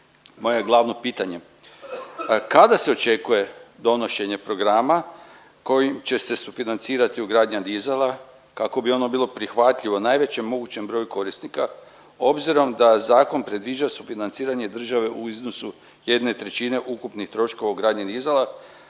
Moje glavno pitanje, kada se očekuje donošenje programa kojim će se sufinancirati ugradnja dizala kako bi ono bilo prihvatljivo najvećem mogućem broju korisnika obzirom da zakon predviđa sufinanciranje države u iznosu jedne trećine ukupnih troškova ugradnje dizala,